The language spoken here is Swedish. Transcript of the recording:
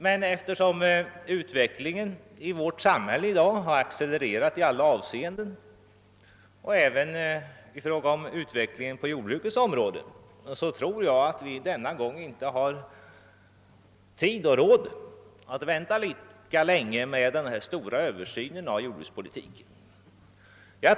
Men eftersom utvecklingen i vårt samhälle har accelererat på alla områden — det gäller även jordbruket — tror jag att vi den här gången varken har tid eller råd att vänta lika länge med att genomföra en översyn av hela jordbrukspolitiken.